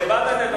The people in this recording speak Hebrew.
תתבייש לך.